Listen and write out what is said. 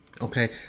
Okay